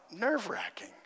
nerve-wracking